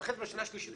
ואחרי זה בשנה שלישית,